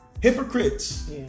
Hypocrites